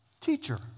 teacher